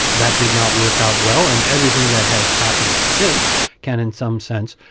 that did not work out well. and everything that has happened since can, in some sense,